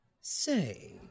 Say